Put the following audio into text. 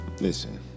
listen